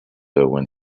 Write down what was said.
when